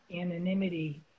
anonymity